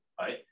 right